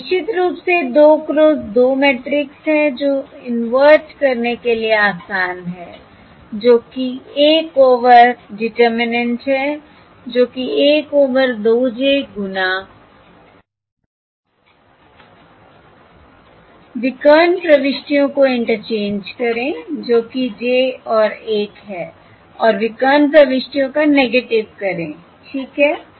और निश्चित रूप से 2 क्रॉस 2 मैट्रिक्स है जो इनवर्ट करने के लिए आसान है जो कि 1 ओवर डेटर्मिनेन्ट है जो कि 1 ओवर 2 j गुना विकर्ण प्रविष्टियों को इंटरचेंज करें जो कि j और 1 है और विकर्ण प्रविष्टियों का नेगेटिव करें ठीक है